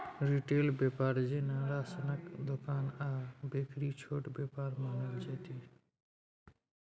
retail बेपार जेना राशनक दोकान आ बेकरी छोट बेपार मानल जेतै